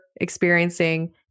experiencing